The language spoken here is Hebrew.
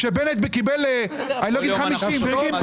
כשבנט קיבל, אני לא אגיד 50, טוב?